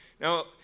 Now